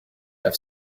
have